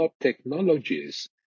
technologies